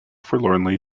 forlornly